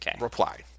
reply